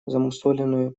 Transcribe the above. замусоленную